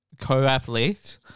co-athlete